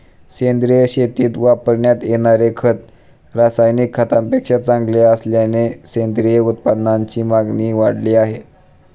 सेंद्रिय शेतीत वापरण्यात येणारे खत रासायनिक खतांपेक्षा चांगले असल्याने सेंद्रिय उत्पादनांची मागणी वाढली आहे